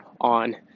on